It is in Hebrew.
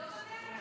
זאת הדרך.